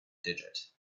digit